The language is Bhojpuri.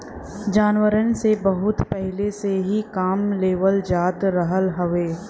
जानवरन से बहुत पहिले से ही काम लेवल जात रहल हउवे